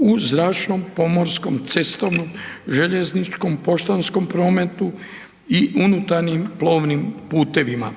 u zračnom, pomorskom, cestovnom, željezničkom, poštanskom prometu i unutarnjim plovnim putevima.